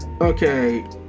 okay